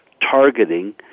targeting